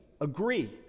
agree